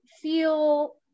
feel